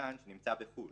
בסרבן שנמצא בחו"ל